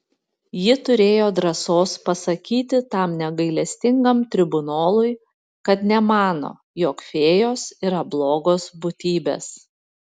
ji turėjo drąsos pasakyti tam negailestingam tribunolui kad nemano jog fėjos yra blogos būtybės